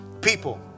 people